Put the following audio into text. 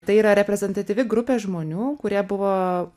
tai yra reprezentatyvi grupė žmonių kurie buvo